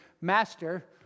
Master